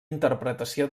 interpretació